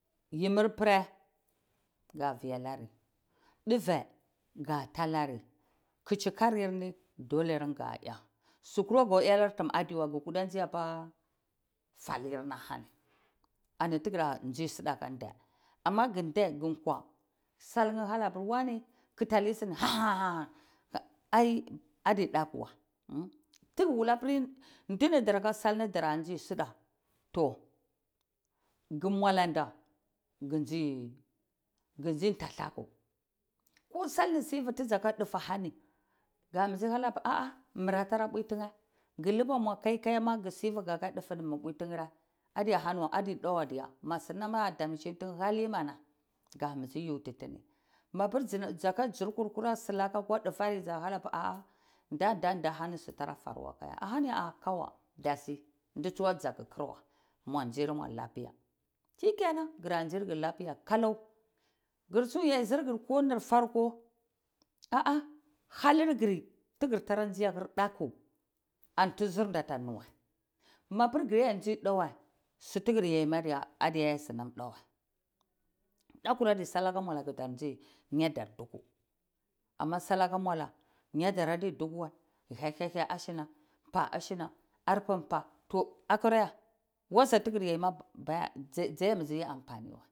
Yimir preh ga vi alari dufe gatalari kuci karir ni dole ngeh ga ya su kurai go yanar tim adiwai kudi ndzai apa falirnrabani ani tigra ndzi sida aka ndeh ama gi ndai ngi ekwa sai ngi halago apiri wane kiti ani saahani ai adi dakuwai tigi wula pri ndini aka salirni dara nzi aka salir ni sida toh gimualanda ngi nzi talaku kosai ni sivi ti dza ka dufe ni ahani ga mbizi hanar apir mire tara pwi tineh gi liba mua kai kaya amaga ga dufe hanini mi pwitinehra adiyahani wai adida wai diya ma sunan a domcini tine halimana ga mbizi yutini mapir dzaka dzurkur kura silaka akwa dufari da halageh apir ah ah nda-nda ani siman tara faru akaye, ahaniya a kawa datsi nditsuwa dzakti kira wai muandzir mua lapiya shikenan giraanzirgir tapya kalau girsi yar dzirgir konir farko ah ah halirgvi tara adiyateir dako anti zirnda ata nuwal mapir girandzi da wasu tigir yaima adiya ya sinam da wai daku adai salaka muala kadar dzidar lafiya nyar dar ma ka dzi nzi duku ama salaka muala nyar dar adidukuwai hehehe asina mpaazina arpeh mpah toh akira ya wadza tigirya ma adiya ya ampani wai.